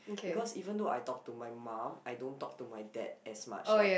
because even though I talk to my mum I don't talk to my dad as much like